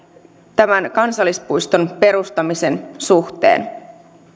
tämän kansallispuiston perustamisen suhteen